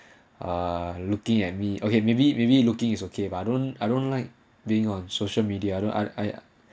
uh looking at me okay maybe maybe looking is okay but I don't I don't like being on social media other I I